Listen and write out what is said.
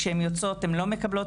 וכשהן יוצאות הן לא מקבלות.